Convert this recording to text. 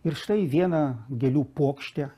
ir štai viena gėlių puokštė